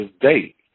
date